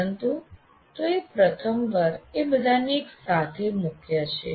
પરંતુ તેઓએ પ્રથમ વાર એ બધાને એકસાથે મૂક્યા છે